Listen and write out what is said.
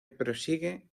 prosigue